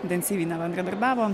intensyviai nebendradarbiavo